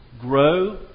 grow